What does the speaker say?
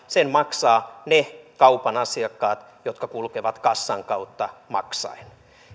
sen maksavat ne kaupan asiakkaat jotka kulkevat kassan kautta maksaen